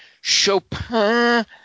Chopin